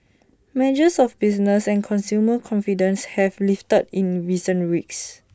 measures of business and consumer confidence have lifted in recent weeks